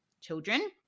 children